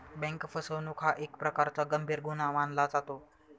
bank फसवणूक हा एक प्रकारचा गंभीर गुन्हा मानला जातो